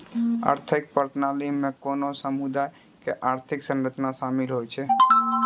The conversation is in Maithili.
आर्थिक प्रणाली मे कोनो समुदायो के आर्थिक संरचना शामिल होय छै